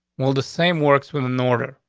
well, the same works with in order,